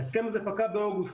ההסכם הזה פקע באוגוסט.